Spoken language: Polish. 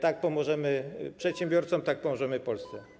Tak pomożemy przedsiębiorcom, tak pomożemy Polsce.